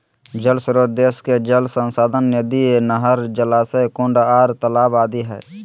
जल श्रोत देश के जल संसाधन नदी, नहर, जलाशय, कुंड आर तालाब आदि हई